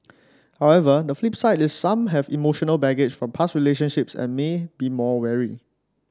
however the flip side is some have emotional baggage from past relationships and may be more wary